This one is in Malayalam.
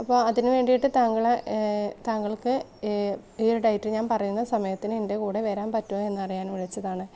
അപ്പോൾ അതിന് വേണ്ടിയിട്ട് താങ്കളെ താങ്കൾക്ക് ഈ ഒരു ഡേയ്റ്റ് ഞാൻ പറയുന്ന സമയത്തിന് എൻ്റെ കൂടെ വരാൻ പറ്റുമോ എന്നറിയാൻ വിളിച്ചതാണ്